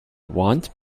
want